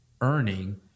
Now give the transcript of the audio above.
earning